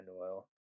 oil